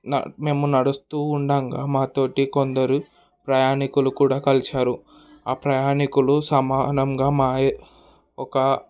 మేము నడుస్తూ ఉండంగా మాతో కొందరు ప్రయాణికులు కూడా కలిసారు ఆ ప్రయాణికులు సమానంగా మా ఒక